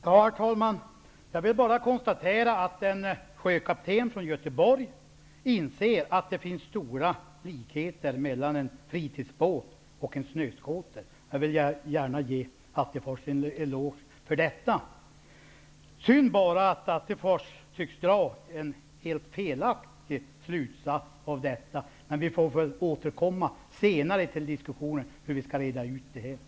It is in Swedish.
Herr talman! Jag vill bara konstatera att en sjökapten från Göteborg inser att det finns stora likheter mellan en fritidsbåt och en snöskoter. Jag vill gärna ge Attefors en eloge för hans insiktsfullhet. Synd bara att Attefors tycks dra en helt felaktig slutsats av detta. Men vi får återkomma senare till diskussionen om hur vi skall reda ut det problemet.